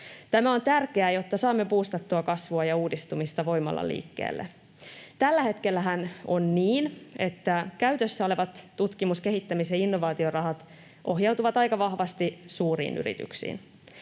Tämä on tärkeää, jotta saamme buustattua kasvua ja uudistumista voimalla liikkeelle. Tällä hetkellähän on niin, että käytössä olevat tutkimus-, kehittämis- ja innovaatiorahat ohjautuvat aika vahvasti suuriin yrityksiin.